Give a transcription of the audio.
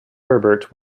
herbert